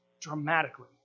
dramatically